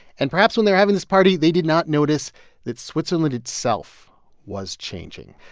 and perhaps when they're having this party, they did not notice that switzerland itself was changing.